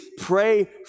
Pray